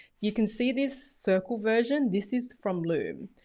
you can see this circle version. this is from loom,